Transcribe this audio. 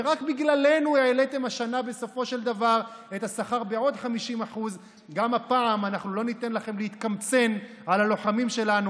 ורק בגללנו העליתם השנה בסופו של דבר את השכר בעוד 50%. גם הפעם אנחנו לא ניתן לכם להתקמצן על הלוחמים שלנו.